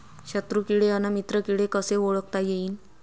शत्रु किडे अन मित्र किडे कसे ओळखता येईन?